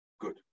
Good